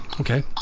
Okay